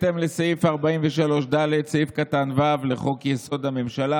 בהתאם לסעיף 43ד(ו) לחוק-יסוד: הממשלה,